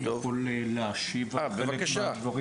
אני יכול להשיב על חלק מהדברים